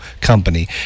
Company